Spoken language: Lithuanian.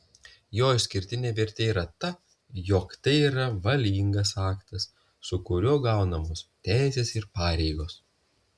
jo išskirtinė vertė yra ta jog tai yra valingas aktas su kuriuo gaunamos teisės ir pareigos